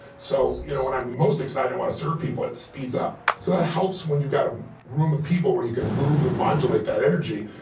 so you know when i'm most excited and want to serve people, it speeds up. so that helps when you've got a room of people where you can move and modulate that energy.